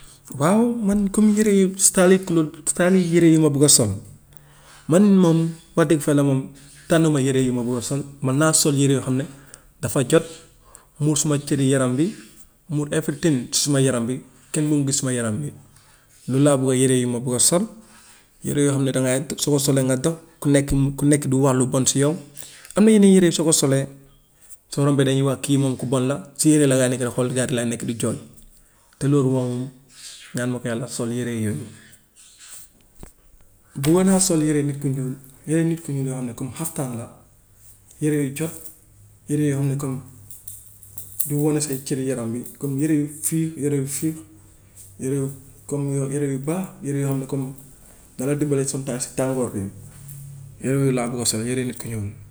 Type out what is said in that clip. Waaw man comme yére stalin cloth stalin yére yu ma bugg a sol, man moom wax dëgg fa yàlla moom tànnuma yére yu ma bëgg a sol, man naa sol yére yoo xam ne dafa jot muur suma cëri yaram wi mu suma yaram bi kenn mënul gis suma yaram wi noonu laa bëggee yére yi ma bëgg a sol, yére yoo xam ne dangay soo solee nga dox ku nekk ku nekk di wax lu bon si yow. Am na yenn yére yi soo ko solee soo rombee dañuy wax kii moom ku bon la si yére yi la ñu lay nekk di xool gaa yi di la nekk di jëw te loolu moom ñaanuma ko yàlla sol yére yooyu. Bëggoon naa sol yére nit ku ñuul yére nit ku ñuul yoo xam ne comme xaftaan la, yére yu jot, yére yoo xam ne comme du wane say cëri yaram wi, comme yére yu free yére yu free yére yu comme yére yu baax yére yoo xam ne comme na la dimbale some time si tàngoor bi yére yooyu laa bugg a sol yére nit ku ñuul.